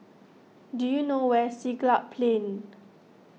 do you know where is Siglap Plain